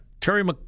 Terry